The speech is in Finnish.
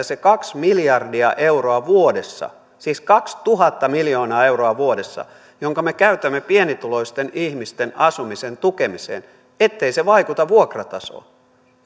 se kaksi miljardia euroa vuodessa siis kaksituhatta miljoonaa euroa vuodessa jonka me käytämme pienituloisten ihmisten asumisen tukemiseen ei vaikuta vuokratasoon